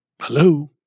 Hello